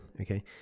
Okay